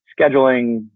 scheduling